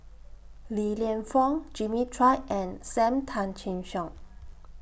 Li Lienfung Jimmy Chua and SAM Tan Chin Siong